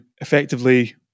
effectively